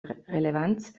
relevanz